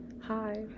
Hi